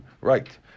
Right